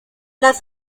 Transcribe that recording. las